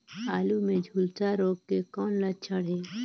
आलू मे झुलसा रोग के कौन लक्षण हे?